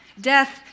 Death